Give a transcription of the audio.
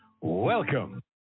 Welcome